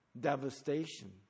Devastation